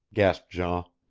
gasped jean.